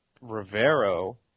rivero